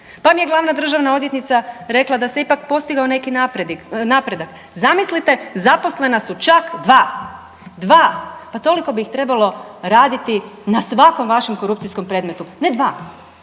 Pa mi je glavna državna odvjetnica rekla da se ipak postigao neki napredak. Zamislite zaposlena su čak 2, dva. Pa toliko bi ih trebalo raditi na svakom vašem korupcijskom predmetu ne dva,